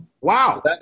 Wow